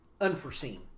Unforeseen